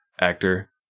actor